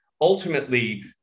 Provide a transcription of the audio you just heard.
ultimately